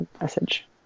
message